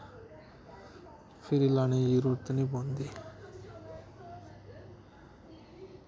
फिर लाने दी जरूरत नी पौंदी